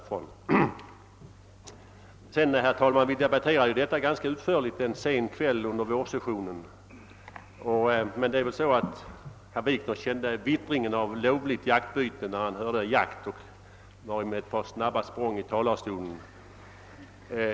Jag vill vidare påminna om att vi har debatterat denna fråga ganska utförligt en sen kväll under vårsessionen — men herr Wikner kände väl vittringen av lovligt jaktbyte när han hörde ordet »jakt« nämnas och tog sig med ett par snabba språng fram till talarstolen.